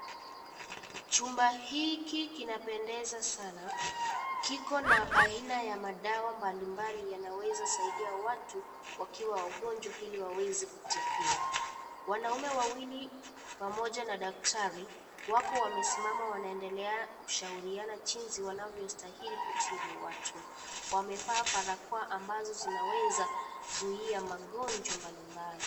Chumba hiki kinapendeza sana kiko na aina ya madawa mbalimbali yanaweza saidia watu wakiwa wagonjwa ili waweze kutibiwa, wanaume wawili pamoja na daktari wako wamesimama wanaendelea kushauriana jinsi wanavyostahili kutibu watu wamevaa barakoa ambazo zinaweza kuzuia magonjwa mbalimbali.